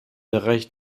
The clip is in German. reicht